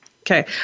Okay